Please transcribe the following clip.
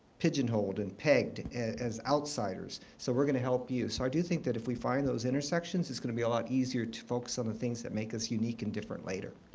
pigeonholed and pegged as outsiders. so we're going to help you. so i do think that if we find those intersections, it's going to be a lot easier to focus on the things that make us unique and different later.